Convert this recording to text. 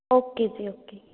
okay ਜੀ okay